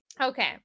Okay